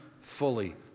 fully